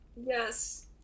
Yes